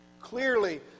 Clearly